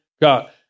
God